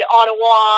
Ottawa